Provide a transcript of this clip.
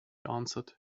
answered